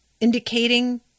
indicating